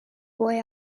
boy